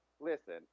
Listen